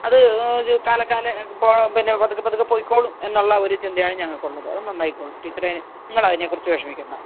അത് കാലേ കാലേ പിന്നെ പതുക്കെ പതുക്കെ പൊയ്കൊള്ളും എന്നുള്ള ഒരു ചിന്തയാണ് ഞങ്ങക്കുള്ളത് അത് നാന്നായിക്കൊള്ളും ടീച്ചറേ നിങ്ങൾ അതിനെ കുറിച്ച് വിഷമിക്കണ്ട